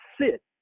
sit